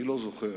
אני לא זוכר